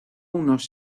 unos